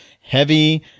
heavy